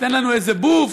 תן לנו איזה בוף,